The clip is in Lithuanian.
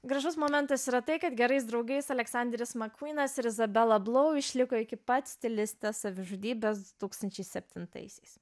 gražus momentas yra tai kad gerais draugais aleksanderis makūnas ir zabela blau išliko iki pat stilistės savižudybės du tūkstančiai septintais